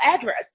address